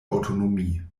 autonomie